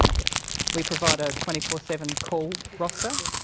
yeah we provide a twenty four seven call roster.